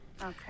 Okay